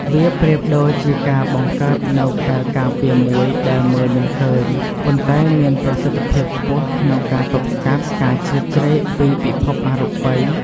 វាប្រៀបដូចជាការបង្កើតនូវខែលការពារមួយដែលមើលមិនឃើញ ប៉ុន្តែមានប្រសិទ្ធភាពខ្ពស់ក្នុងការទប់ស្កាត់ការជ្រៀតជ្រែកពីពិភពអរូបិយ